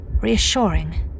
reassuring